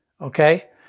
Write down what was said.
Okay